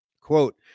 Quote